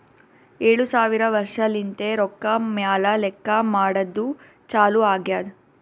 ಏಳು ಸಾವಿರ ವರ್ಷಲಿಂತೆ ರೊಕ್ಕಾ ಮ್ಯಾಲ ಲೆಕ್ಕಾ ಮಾಡದ್ದು ಚಾಲು ಆಗ್ಯಾದ್